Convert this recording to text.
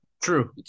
True